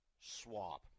swap